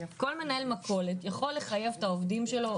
כל מנהל מכולת יכול לחייב את העובדים שלו,